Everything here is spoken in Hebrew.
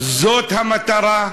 זאת המטרה?